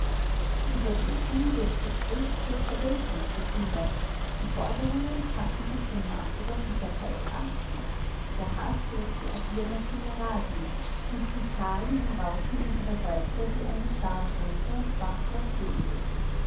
die überlegung wird getrübt durch vergeltungsgefühle die forderungen passen sich dem maße der bitterkeit an der haß läßt die addiermaschine rasen und die zahlen umrauschen unsere häupter wie eine schar böser schwarzer vögel